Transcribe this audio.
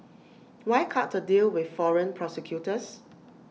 why cut A deal with foreign prosecutors